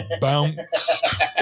bounced